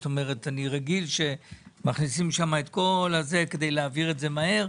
זאת אומרת אני רגיל שמכניסים לשם הכול כדי להעביר את זה מהר.